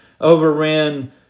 overran